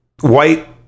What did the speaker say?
white